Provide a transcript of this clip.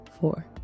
four